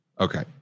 Okay